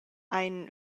ein